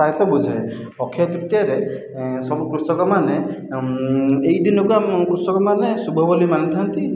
ପ୍ରାୟତଃ ବୁଝାଏ ଅକ୍ଷୟ ତୃତୀୟାରେ ସବୁ କୃଷକମାନେ ଏଇଦିନକୁ ଆମ କୃଷକମାନେ ଶୁଭ ବୋଲି ମାନିଥାନ୍ତି